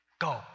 go